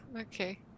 Okay